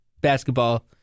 basketball